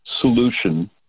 solution